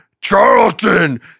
Charlton